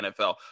NFL